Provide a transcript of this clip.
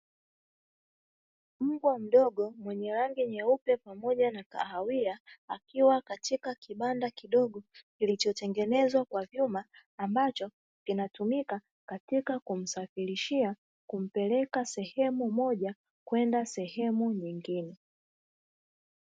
Mbwa mdogo mwenye rangi nyeupe pamoja na kahawia akiwa katika kibanda kidogo kilicho tengenezwa kwa vyuma ambacho kinatumika katika kumsafirishia kumpeleka sehemu moja kwenda sehemu nyingine.